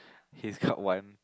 he's called one